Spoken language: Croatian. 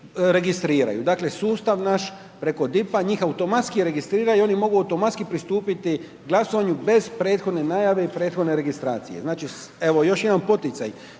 registriraju, dakle, sustav naš preko DIP-a, njih automatski registriraju i oni mogu automatski pristupiti glasovanju bez prethodne najave i prethodne registracije. Znači, evo još jedan poticaj